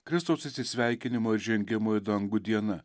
kristaus atsisveikinimo ir žengimo į dangų diena